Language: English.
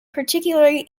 particularly